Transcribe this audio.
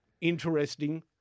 interesting